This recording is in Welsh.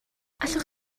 allwch